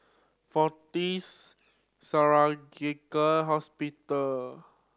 Fortis Surgical Hospital